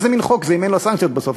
איזה מין חוק זה אם אין לו סנקציות בסוף?